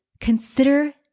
consider